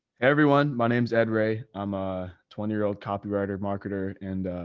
everyone? my name's ed ray. i'm a twenty year old copywriter marketer and,